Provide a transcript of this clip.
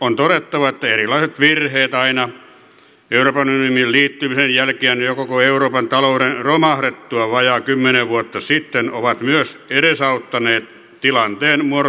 on todettava että erilaiset virheet aina euroopan unioniin liittymisen jälkeen ja koko euroopan talouden romahdettua vajaat kymmenen vuotta sitten ovat myös edesauttaneet tilanteen muodostumista nykyisen kaltaiseksi